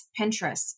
Pinterest